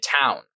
town